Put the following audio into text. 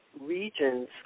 regions